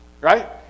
right